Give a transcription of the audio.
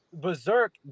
berserk